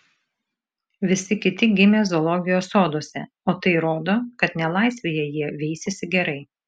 visi kiti gimę zoologijos soduose o tai rodo kad nelaisvėje jie veisiasi gerai